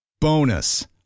Bonus